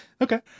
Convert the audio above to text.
Okay